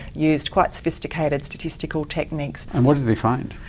used quite sophisticated statistical techniques. and what did they find?